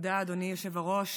תודה, אדוני היושב בראש.